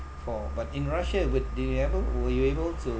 for but in russia would do you ever were you able to